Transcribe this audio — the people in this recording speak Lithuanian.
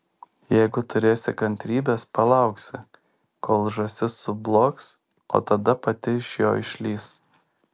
jeigu turėsi kantrybės palauksi kol žąsis sublogs o tada pati iš jo išlįs